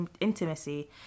intimacy